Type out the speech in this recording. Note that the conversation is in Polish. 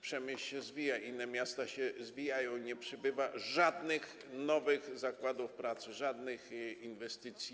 Przemyśl się zwija, inne miasta się zwijają, nie przybywa żadnych nowych zakładów pracy, nie ma żadnych inwestycji.